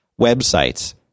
websites